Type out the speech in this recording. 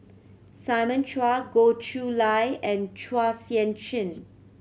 Simon Chua Goh Chiew Lye and Chua Sian Chin